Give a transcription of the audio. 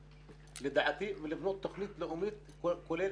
לדעתי, ולבנות תכנית לאומית כוללת.